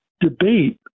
debate